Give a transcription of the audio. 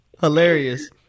hilarious